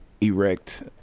erect